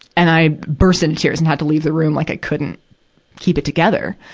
and i burst into tears and had to leave the room. like, i couldn't keep it together,